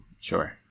Sure